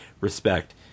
respect